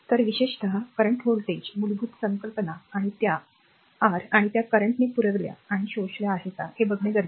तर विशेषतः विद्यमान व्होल्टेज पाहण्याची मूलभूत संकल्पना आणि त्या आर आणि त्या वर्तमानाने पुरविल्या आणि शोषल्या बरोबर